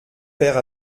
père